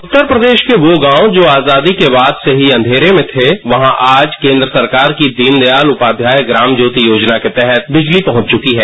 उत्तर प्रदेश के वो गांव जो आजादी के बाद से ही अंधेरे में थे वहां आज केंद्र सरकार की दीन दयाल उपाध्याय ग्राम ज्वोति योजना के तहत बिजली पहंच चुकी है